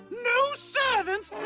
no servants?